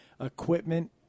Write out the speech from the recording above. equipment